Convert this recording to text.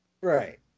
Right